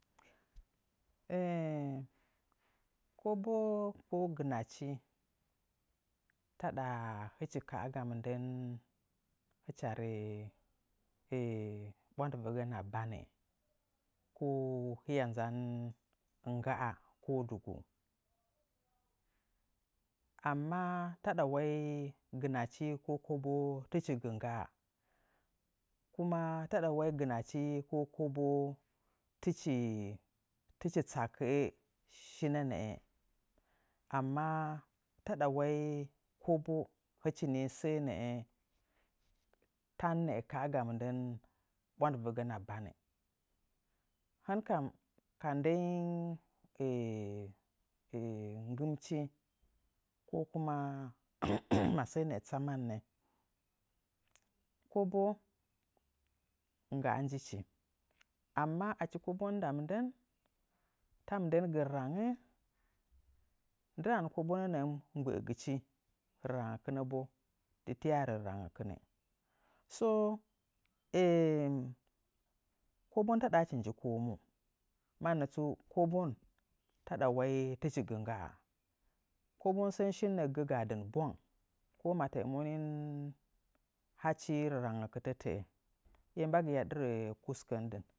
kobo ko gɨnachi taɗa hɨchi kaaga mɨndən hɨcha rə ɓwandɨvəgəna bannɨ, ko hiya nzan ngga'a ko dungu. Amma taɗa wai gɨnachi ko kobo tɨchi gɨ nggaa kuma taɗa wai gɨnachi ko kobo tɨchi tsakə'ə shinə nəə, amma taɗa wai kobo hɨchi nii səə nəə tan nəə ka'aga mɨndən bwanɗɨvəgəna banɨ. Hɨn kam ka ndənyi nggɨmchi, ko kuma masəə nəə tsamannə, kobo ngga nji chi amma achi kobon nda mɨndən, ta mɨndən gɨ rarangngɨ, ndɨɗangən kobonə nəə mgbəəgɨchi, rarangngəkɨnə bo tiiya rə rarangngəkɨnɨ. So, kobon taɗa hɨchi nji komu, mannə tsu kobon taɗa wai tɨchi gɨ nggaa kobon sən shiye gəgə gaa dɨn bwang ko ma təə monin hachi rarangngəkɨtə təə, mbagaya ɗɨrə kuskən dɨn.